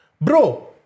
Bro